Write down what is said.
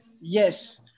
Yes